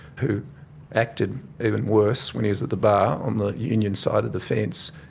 who acted even worse when he was at the bar on the union side of the fence,